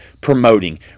promoting